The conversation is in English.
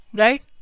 right